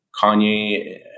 kanye